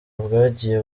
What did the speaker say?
bwagiye